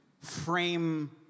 frame